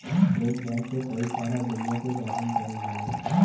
एक बैल से कई सारा गइया के गाभिन करल जाला